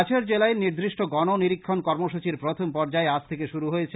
কাছাড় জেলায় নির্দিষ্ট গন নিরিক্ষন কর্মসূচীর প্রথম পর্য্যায় আজ থেকে শুরু হয়েছে